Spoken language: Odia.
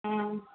ହଁ